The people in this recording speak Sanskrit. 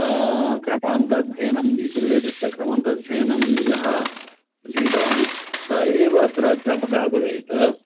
क्रमान्तमध्ययनं यजुर्वेदस्य क्रमान्तमध्ययनं यः अधीतवान् सः एव अत्र अध्यापकः भवेत्